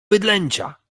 bydlęcia